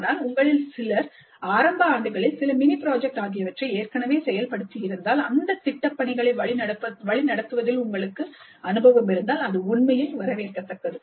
ஆனால் உங்களில் சிலர் ஆரம்பம் ஆண்டுகளில் சில மினி ப்ராஜெக்ட் ஆகியவற்றை ஏற்கனவே செயல்படுத்தியிருந்தால் அந்த திட்டப்பணிகளை வழிநடத்துவதில் உங்களுக்கு அனுபவம் இருந்தால் அது உண்மையில் வரவேற்கத்தக்கது